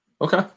Okay